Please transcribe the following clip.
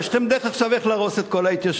עכשיו יש לכם דרך איך להרוס את כל ההתיישבות.